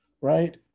right